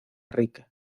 rica